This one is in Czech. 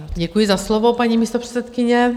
Děkuji za slovo, paní místopředsedkyně.